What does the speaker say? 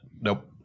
Nope